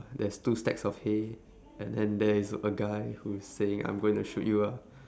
there's two stacks of hay and then there is a guy who is saying I'm gonna shoot you ah